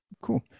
Cool